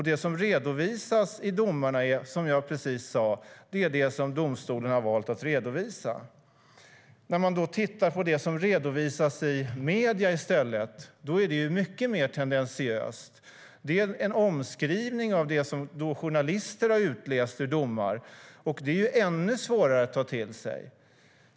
Det som redovisas i domarna är, precis som jag sade, det som domstolen har valt att redovisa. Det som redovisas i medier i stället är mycket mer tendentiöst. Det är en omskrivning av det som journalister har utläst i domar, och det är ännu svårare att ta till sig.